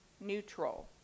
Neutral